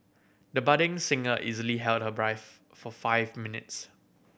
the budding singer easily held her breath for five minutes